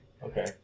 Okay